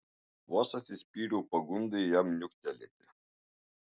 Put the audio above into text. vos atsispyriau pagundai jam niuktelėti